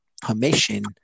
permission